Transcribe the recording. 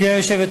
רק מגרד את